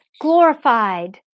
glorified